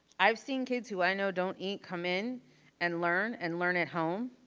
i've seen kids who i know don't eat, come in and learn and learn at home.